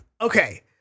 Okay